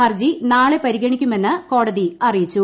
ഹർജി നാളെ പരിഗണിക്കുമെന്ന് കോടതി അറിയിച്ചു